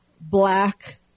black